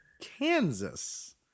kansas